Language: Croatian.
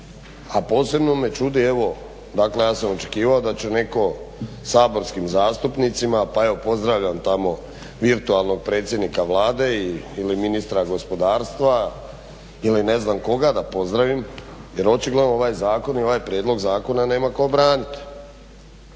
A posebno me čudi, dakle ja sam očekivao da će netko saborskim zastupnicima pa evo pozdravljam tamo virtualnog predsjednika Vlade ili ministra gospodarstva ili ne znam koga da pozdravim jer očigledno ovaj zakon i ovaj prijedlog zakona nema tko braniti.